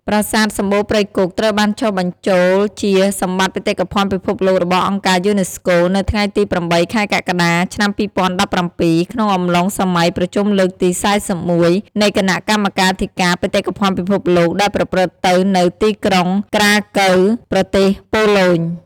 ប្រាសាទសម្បូរព្រៃគុក ត្រូវបានចុះបញ្ចូលជា សម្បត្តិបេតិកភណ្ឌពិភពលោករបស់អង្គការយូណេស្កូ នៅថ្ងៃទី ៨ ខែកក្កដា ឆ្នាំ២០១៧ ក្នុងអំឡុងសម័យប្រជុំលើកទី ៤១ នៃគណៈកម្មាធិការបេតិកភណ្ឌពិភពលោក ដែលប្រព្រឹត្តទៅនៅទីក្រុង ក្រាកូវ (Krakow) ប្រទេសប៉ូឡូញ។